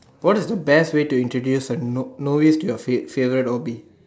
what is the best way to introduce a no~ novice to your fav~ favorite hobby